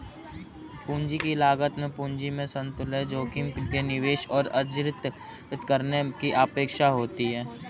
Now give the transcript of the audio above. पूंजी की लागत में पूंजी से समतुल्य जोखिम के निवेश में अर्जित करने की अपेक्षा होती है